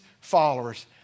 followers